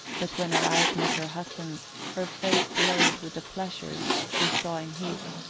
but when her eyes met her husband's her face glowed with the pleasure she saw in his.